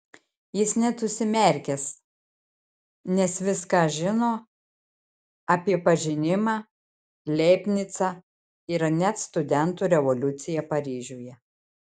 jis net užsimerkęs nes viską žino apie pažinimą leibnicą ir net studentų revoliuciją paryžiuje